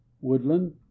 woodland